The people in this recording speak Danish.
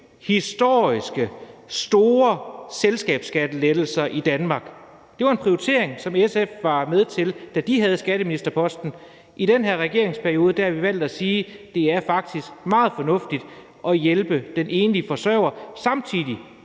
historisk store selskabsskattelettelser i Danmark. Det var en prioritering, som SF var med til at foretage, da de havde skatteministerposten. I den her regeringsperiode har vi valgt at sige, at det faktisk er meget fornuftigt at hjælpe den enlige forsørger. Samtidig